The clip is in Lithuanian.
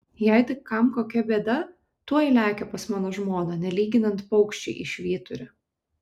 jei tik kam kokia bėda tuoj lekia pas mano žmoną nelyginant paukščiai į švyturį